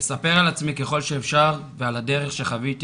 אספר על עצמי ככל שאפשר ועל הדרך שחוויתי